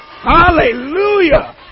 Hallelujah